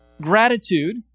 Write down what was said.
gratitude